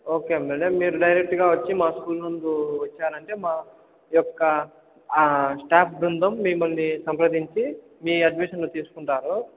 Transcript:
okay madam మీరు డైరెక్ట్గా వచ్చి మా స్కూల్ నందు వచ్చారంటే మా యొక్క స్టాఫ్ బృందం మిమ్మల్ని సంప్రదించి మీ అడ్మిషన్ తీసుకుంటారు